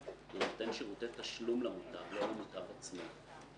לנותן שירותי תשלום למוטב ולא למוטב עצמו.